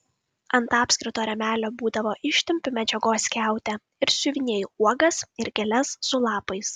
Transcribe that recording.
ant apskrito rėmelio būdavo ištempiu medžiagos skiautę ir siuvinėju uogas ir gėles su lapais